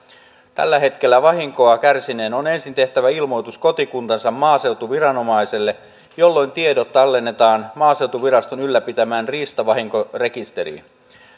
tällä hetkellä vahinkoa kärsineen on ensin tehtävä ilmoitus kotikuntansa maaseutuviranomaiselle jolloin tiedot tallennetaan maaseutuviraston ylläpitämään riistavahinkorekisteriin